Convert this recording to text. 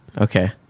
Okay